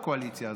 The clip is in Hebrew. בקואליציה הזאת,